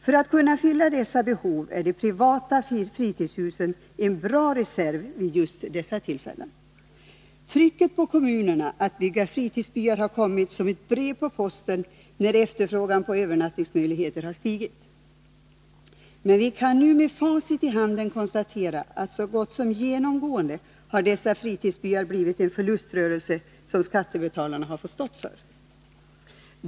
När det gäller att fylla dessa 167 behov är de privata fritidshusen en bra reserv vid just dessa tillfällen. Trycket på kommunerna att bygga fritidsbyar har kommit som ett brev på posten när efterfrågan på övernattningsmöjligheter har stigit. Men vi kan nu med facit i handen konstatera att dessa fritidsbyar så gott som genomgående har blivit en förluströrelse, som skattebetalarna fått stå för.